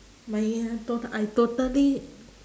my uh I total~ I totally